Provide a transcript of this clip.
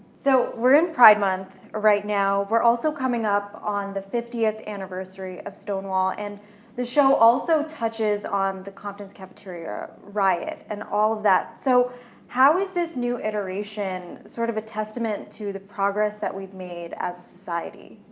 so, we're in pride month right now, we're also coming up on the fiftieth anniversary of stonewall and the show also touches on the compton's cafeteria riot and all of that so how is this new iteration sort of a testament to the progress that we've made as a society?